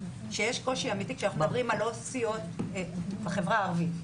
שיש קושי אמיתי כשאנחנו מדברים על עו"סיות ------ בחברה הערבית.